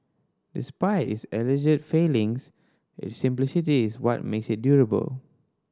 despite its alleged failings its simplicity is what makes it durable